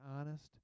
honest